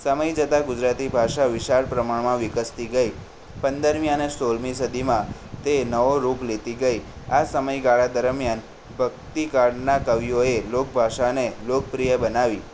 સમય જતા ગુજરાતી ભાષા વિશાળ પ્રમાણમાં વિકસતી ગઈ પંદરમી અને સોળમી સદીમાં તે નવો રૂપ લેતી ગઈ આ સમયગાળા દરમિયાન ભક્તિકાળના કવિઓએ લોકભાષાને લોકપ્રિય બનાવી